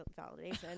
validation